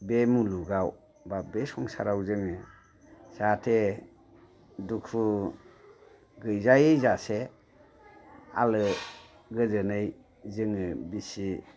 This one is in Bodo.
बे मुलुगाव बा संसाराव जोङो जाहाथे दुखु गैजायै जासे आलो गोजोनै जोङो बिसि फिसाय